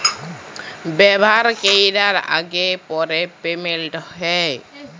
ব্যাভার ক্যরার আগে আর পরে পেমেল্ট হ্যয়